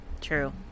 True